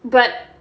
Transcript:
but